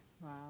Wow